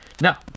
Now